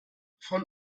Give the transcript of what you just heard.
von